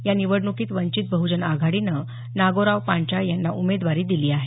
या निवडणुकीत वंचित बहुजन आघाडीनं नागोराव पांचाळ यांना उमेदवारी दिली आहे